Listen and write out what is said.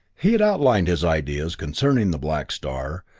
he had outlined his ideas concerning the black star,